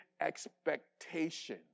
expectation